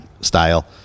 style